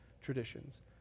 traditions